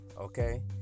Okay